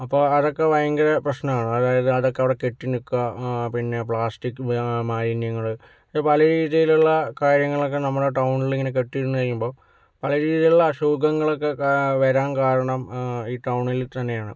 അപ്പോൾ അതൊക്കെ ഭയങ്കര പ്രശ്നമാണ് അതായത് അതൊക്കെ അവിടെ കെട്ടി നിൽക്കുക പിന്നെ പ്ലാസ്റ്റിക് ഉപയോഗ മാലിന്യങ്ങൾ പല രീതിലുള്ള കാര്യങ്ങളുമൊക്കെ നമ്മുടെ ടൗണിലിങ്ങനെ കെട്ടിനിന്ന് കഴിയുമ്പോൾ പല രീതിലുള്ള അസുഖങ്ങളൊക്കെ വരാൻ കാരണം ഈ ടൗണിൽ തന്നെയാണ്